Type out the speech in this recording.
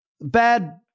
bad